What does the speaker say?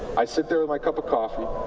i sit there with my cup of coffee,